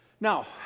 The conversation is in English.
Now